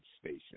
station